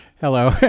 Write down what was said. Hello